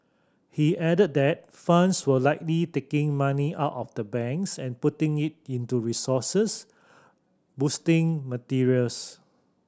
he added that funds were likely taking money out of the banks and putting it into resources boosting materials